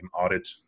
audit